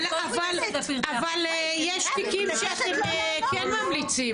אבל יש תיקים שאתם כן ממליצים.